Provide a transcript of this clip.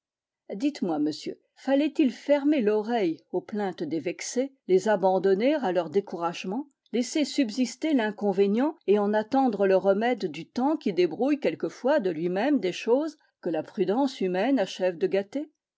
dites-moi monsieur fallait-il fermer l'oreille aux plaintes des vexés les abandonner à leur découragement laisser subsister l'inconvénient et en attendre le remède du temps qui débrouille quelquefois de lui-même des choses que la prudence humaine achève de gâter